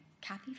Kathy